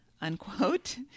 unquote